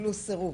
קיבלו סירוב.